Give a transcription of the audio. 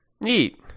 Neat